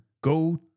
go